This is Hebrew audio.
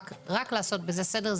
רק לעשות בזה סדר.